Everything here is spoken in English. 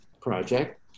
project